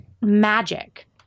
magic